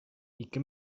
ике